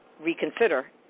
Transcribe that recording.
reconsider